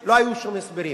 זה, לא היו שום הסברים.